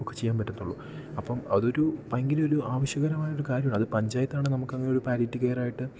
ഒക്കെ ചെയ്യാൻ പറ്റത്തുള്ളൂ അപ്പം അതൊരു ഭയങ്കര ഒരു ആവിശ്യകരമായ ഒരു കാര്യമാണ് അത് പഞ്ചായത്താണ് നമുക്ക് അങ്ങനെ ഒരു എം കോം പാലിറ്റിവ് കെയർ ആയിട്ട്